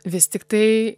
vis tiktai